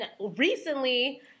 Recently